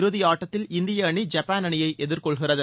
இறுதியாட்டத்தில் இந்திய அணி ஜப்பான் அணினய எதிர்கொள்கிறது